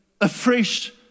afresh